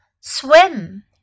swim